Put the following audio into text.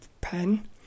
pen